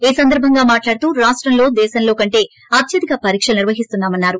ఈ సందర్బంగా మాట్లాడుతూ రాష్టంలో దేశంలో కంటే కూడా అత్యధిక పరీక్షలు నిర్వహిస్తున్నామస్సారు